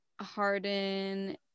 Harden